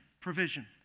provision